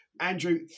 Andrew